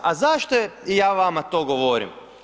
A zašto ja vama to govorim?